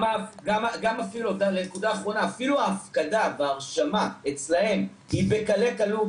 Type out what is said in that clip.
גם אפילו ההפקדה וההרשמה אצלם היא בקלי קלות,